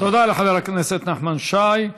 תודה לחבר הכנסת נחמן שי.